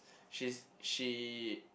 she is she